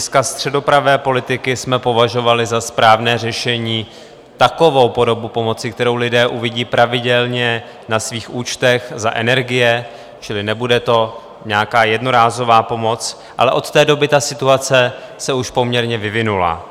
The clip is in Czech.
Z hlediska středopravé politiky jsme považovali za správné řešení takovou podobu pomoci, kterou lidé uvidí pravidelně na svých účtech za energie, čili nebude to nějaká jednorázová pomoc, ale od té doby ta situace se už poměrně vyvinula.